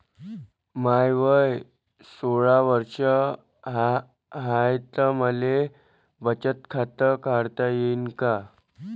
माय वय सोळा वर्ष हाय त मले बचत खात काढता येईन का?